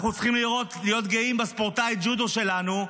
אנחנו צריכים להיות גאים בספורטאי ג'ודו שלנו,